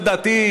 לדעתי,